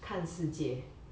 看世界